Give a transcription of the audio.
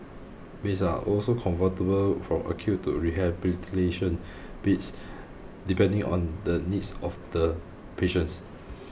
beds are also convertible from acute to rehabilitation beds depending on the needs of the patients